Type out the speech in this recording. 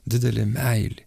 didelė meilė